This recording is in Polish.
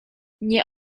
nie